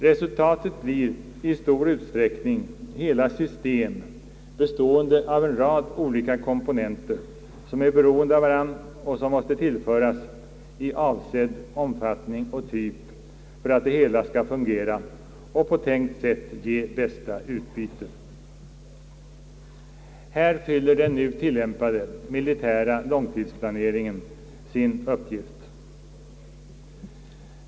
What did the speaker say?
Resultatet blir i stor utsträckning hela system, bestående av en rad olika komponenter som är beroende av varandra och måste tillföras i avsedd omfattning och typ för att det hela skall fungera och på tänkt sätt ge bästa utbyte. Här fyller den nu tillämpade militära långtidsplaneringen sin stora uppgift.